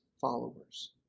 followers